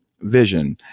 vision